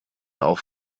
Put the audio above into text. auch